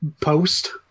post